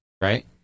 right